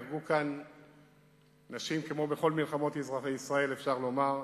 נהרגו כאן אנשים כמו בכל מלחמות ישראל, אפשר לומר.